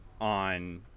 on